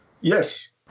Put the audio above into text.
Yes